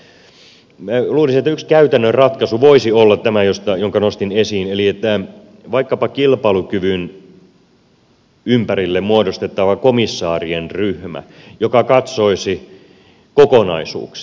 minä luulisin että yksi käytännön ratkaisu voisi olla tämä jonka nostin esiin eli vaikkapa kilpailukyvyn ympärille muodostettava komissaarien ryhmä joka katsoisi kokonaisuuksia